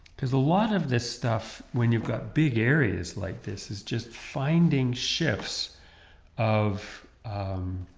because a lot of this stuff when you've got big areas like this is just finding shifts of um